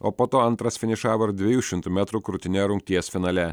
o po to antras finišavo ir dviejų šimtų metrų krūtine rungties finale